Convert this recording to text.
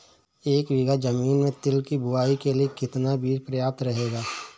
एक बीघा ज़मीन में तिल की बुआई के लिए कितना बीज प्रयाप्त रहेगा?